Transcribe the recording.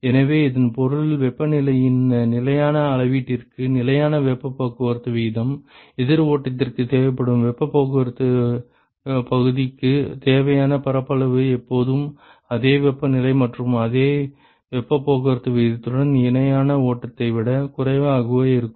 எனவே இதன் பொருள் வெப்பநிலையின் நிலையான அளவீட்டிற்கு நிலையான வெப்பப் போக்குவரத்து வீதம் எதிர் ஓட்டத்திற்குத் தேவைப்படும் வெப்பப் போக்குவரத்துப் பகுதிக்குத் தேவையான பரப்பளவு எப்போதும் அதே வெப்பநிலை மற்றும் அதே வெப்பப் போக்குவரத்து விகிதத்துடன் இணையான ஓட்டத்தை விட குறைவாகவே இருக்கும்